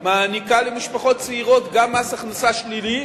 מעניקה למשפחות צעירות גם מס הכנסה שלילי,